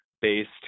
based